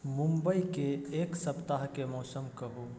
मुंबईके एक सप्ताहके मौसम कहू